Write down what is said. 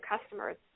customers